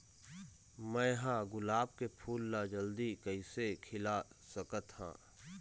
मैं ह गुलाब के फूल ला जल्दी कइसे खिला सकथ हा?